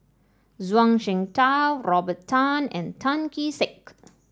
Zhuang Shengtao Robert Tan and Tan Kee Sek